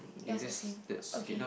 yours the same okay